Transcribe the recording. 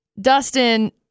Dustin